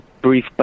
brief